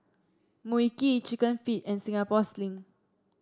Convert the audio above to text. Mui Kee chicken feet and Singapore Sling